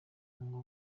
ngo